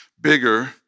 bigger